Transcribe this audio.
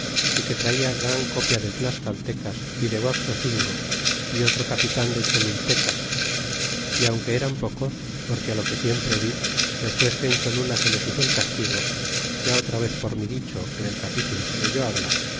é que traia gran copia de tlascaltecas y de guaxocingo y otro capitan de cholultecas y aunque eran pocos porque lo que siempre vi despues que en cholula se les hizo el castigo ya otra vez por mi dicho en el capitulo que dello habla